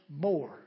more